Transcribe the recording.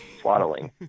swaddling